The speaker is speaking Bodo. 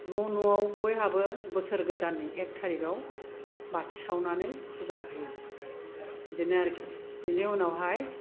न' न'आव बयहाबो बोसोर गोदाननि एक तारिकाव बाथि सावनानै फुजा होयो बिदिनो आरोखि बेनि उनावहाय